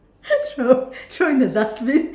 throw throw in the dustbin